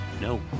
No